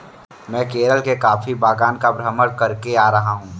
मैं केरल के कॉफी बागान का भ्रमण करके आ रहा हूं